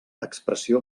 expressió